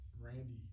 Randy